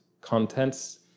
contents